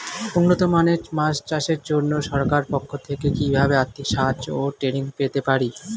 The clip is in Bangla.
উন্নত মানের মাছ চাষের জন্য সরকার পক্ষ থেকে কিভাবে আর্থিক সাহায্য ও ট্রেনিং পেতে পারি?